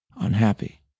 unhappy